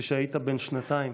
כשהיית בן שנתיים.